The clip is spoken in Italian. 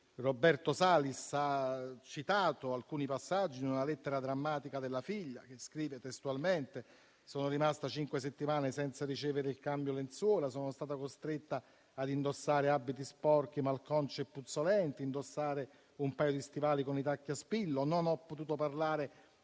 Roberto Salis ha citato alcuni passaggi di una lettera drammatica della figlia, che scrive testualmente: «Sono rimasta cinque settimane senza ricevere il cambio lenzuola, sono stata costretta ad indossare abiti sporchi, malconci e puzzolenti, a indossare un paio di stivali con i tacchi a spillo, non ho potuto parlare